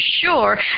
sure